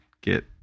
get